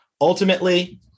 Ultimately